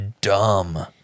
dumb